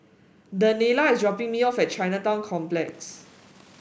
Daniela is dropping me off at Chinatown Complex